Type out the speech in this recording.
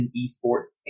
eSports